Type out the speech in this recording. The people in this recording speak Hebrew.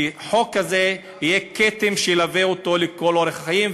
כי חוק כזה יהיה כתם שילווה אותו לכל אורך החיים,